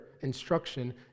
instruction